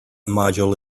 module